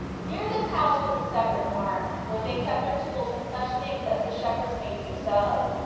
near this house was a separate barn, where they kept their tools and such things as the shepherds made use of.